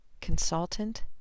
consultant